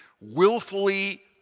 willfully